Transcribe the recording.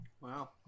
Wow